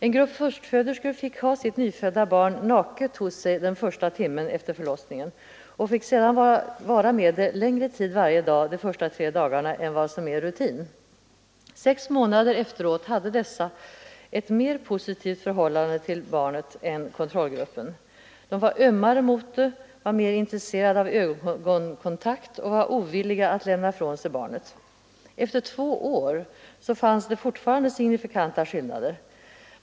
En grupp förstföderskor fick ha sitt nyfödda barn naket hos sig den första timmen efter förlossningen och fick sedan vara med det längre tid varje dag de första tre dagarna än vad som är rutin. Sex månader efteråt hade dessa ett mer positivt förhållande till barnet än kontrollgruppen. De var ömmare mot det, var mer intresserade av ögonkontakt och var ovilliga att lämna ifrån sig barnet. Efter två år fanns det fortfarande signifikanta skillnader.